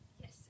Yes